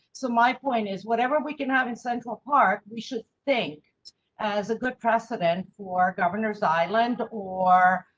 so, my point is whatever we can have in central park, we should think as a good precedent for governor's island or.